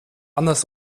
anders